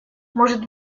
может